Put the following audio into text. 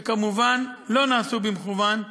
שכמובן לא נעשו במכוון,